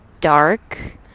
dark